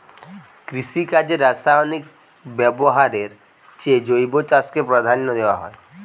কৃষিকাজে রাসায়নিক ব্যবহারের চেয়ে জৈব চাষকে প্রাধান্য দেওয়া হয়